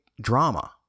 drama